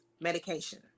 medication